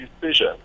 decision